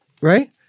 Right